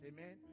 Amen